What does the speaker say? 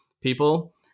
people